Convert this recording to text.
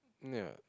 ya